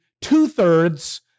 two-thirds